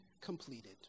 completed